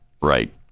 right